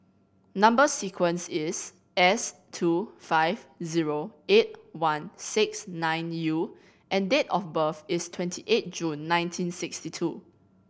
number sequence is S two five zero eight one six nine U and date of birth is twenty eight June nineteen sixty two